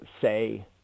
say